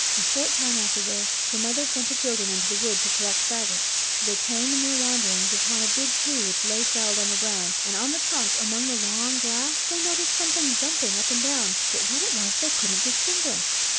a short time after this the mother sent the children into the wood to collect fagots. they came in their wanderings upon a big tree which lay felled on the ground, and on the trunk among the long grass they noticed something jumping up and down, but what it was they couldn't distinguish.